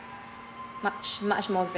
much much more